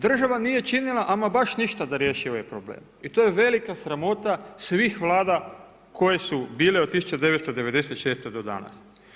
Država nije činila ama baš ništa da riješi ovaj problem i to je velika sramota svih Vlada koje su bile od 1996. do danas.